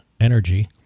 energy